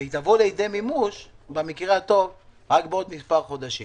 והיא תבוא לידי מימוש במקרה הטוב רק בעוד מספר חודשים.